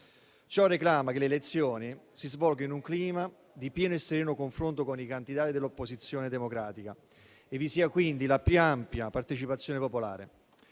cioè reclama che le elezioni si svolgano in un clima di pieno e sereno confronto con i candidati dell'opposizione democratica e vi sia quindi la più ampia partecipazione popolare.